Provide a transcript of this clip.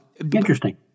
interesting